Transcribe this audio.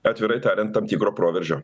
atvirai tariant tam tikro proveržio